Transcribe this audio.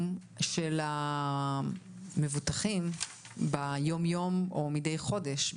של המבוטחים ביום-יום או מידי חודש,